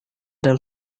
dan